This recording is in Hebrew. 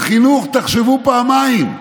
על חינוך תחשבו פעמיים.